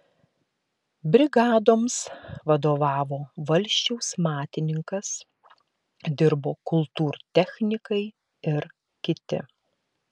brigadoms vadovavo valsčiaus matininkas dirbo kultūrtechnikai ir kiti